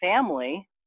family